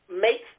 make